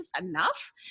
enough